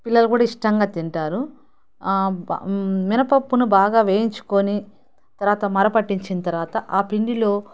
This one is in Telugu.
పిల్లలు కూడా ఇష్టంగా తింటారు మినప్పప్పును బాగా వేయించుకొని తర్వాత మర పట్టించిన తర్వాత ఆ పిండిలో